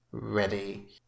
ready